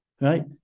right